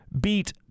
beat